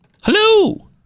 Hello